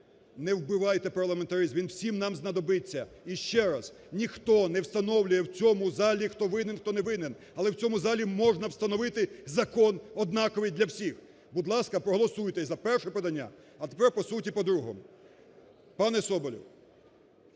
Не вбивайте парламентаризм, він всім нам знадобиться. І ще раз. Ніхто не встановлює в цьому залі хто винен, хто не винен, але в цьому залі можна встановити закон, однаковий для всіх. Будь ласка, проголосуйте і за перше подання. А тепер по суті по другому. Пане Соболєв,